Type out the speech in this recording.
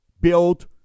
build